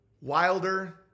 Wilder